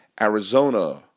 Arizona